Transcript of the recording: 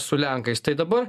su lenkais tai dabar